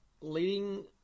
leading